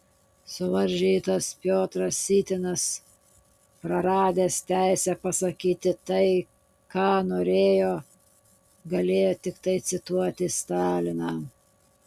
suvaržytas piotras sytinas praradęs teisę pasakyti tai ką norėjo galėjo tiktai cituoti staliną